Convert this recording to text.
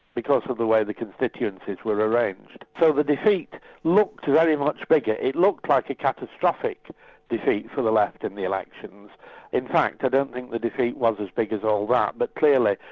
because of the way the constituencies were arranged. so the defeat looked very much bigger, it looked like a catastrophic defeat for the left in the elections in fact i don't think the defeat was as big as all that. but clearly,